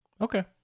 Okay